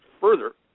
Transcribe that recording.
further